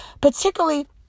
particularly